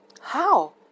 How